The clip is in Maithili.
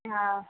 हँ